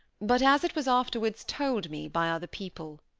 but as it was afterwards told me by other people.